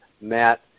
Matt